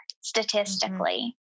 statistically